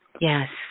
yes